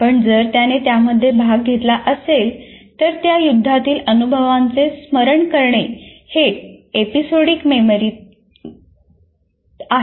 पण जर त्याने त्यामध्ये भाग घेतला असेल तर त्या युद्धातील अनुभवांचे स्मरण करणे ही एपिसोडिक मेमरी आहे